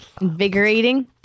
invigorating